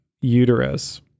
uterus